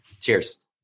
Cheers